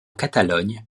catalogne